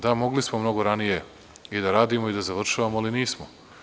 Da, mogli smo mnogo ranije i da radimo i da završavamo, ali nismo.